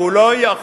הוא לא יכול.